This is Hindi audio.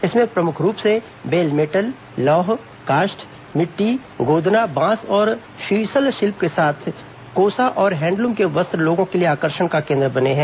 इसमें प्रमुख रूप से बेलमेटल लौह काष्ठ मिट्टी गोदना बांस और शीसल शिल्प के साथ कोसा और हैण्डलूम के वस्त्र लोगों के लिए आकर्षण का केन्द्र बने हुए हैं